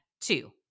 two